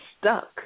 stuck